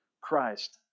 Christ